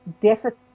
deficit